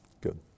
Good